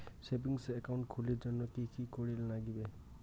Savings account খুলির জন্যে কি কি করির নাগিবে?